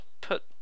put